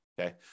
okay